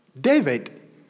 David